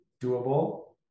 doable